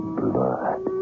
blood